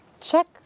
check